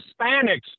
Hispanics